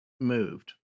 moved